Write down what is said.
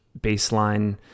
baseline